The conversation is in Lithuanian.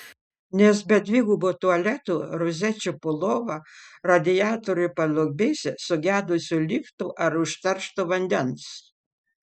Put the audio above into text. nes be dvigubų tualetų rozečių po lova radiatorių palubėse sugedusių liftų ar užteršto vandens